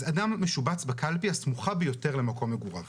אדם משובץ לקלפי הסמוכה ביותר למקום מגוריו.